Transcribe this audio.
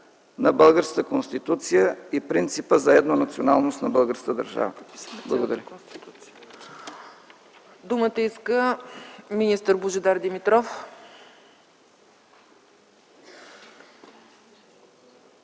на българската Конституция и принципа за еднонационалност на българската държава. Благодаря.